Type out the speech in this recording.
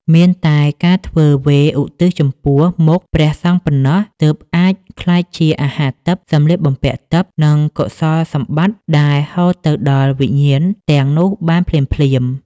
មានតែការធ្វើការវេរឧទ្ទិសចំពោះមុខព្រះសង្ឃប៉ុណ្ណោះ ទើបអាចក្លាយជាអាហារទិព្វ សម្លៀកបំពាក់ទិព្វ និងកុសលសម្បត្តិដែលហូរទៅដល់វិញ្ញាណទាំងនោះបានភ្លាមៗ។